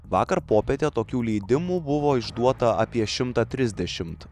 vakar popietę tokių leidimų buvo išduota apie šimtą trisdešimt